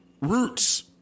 Roots